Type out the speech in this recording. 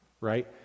right